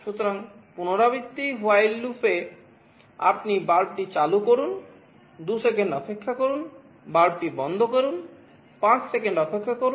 সুতরাং পুনরাবৃত্তি আপনি বাল্বটি চালু করুন 2 সেকেন্ড অপেক্ষা করুন বাল্বটি বন্ধ করুন 5 সেকেন্ড অপেক্ষা করুন